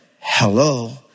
hello